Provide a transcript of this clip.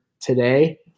today